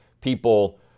people